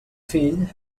fill